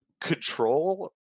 control